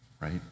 right